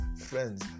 friends